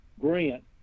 Grant